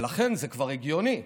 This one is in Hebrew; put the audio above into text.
ולכן, זה כבר הגיוני,